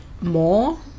more